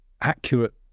accurate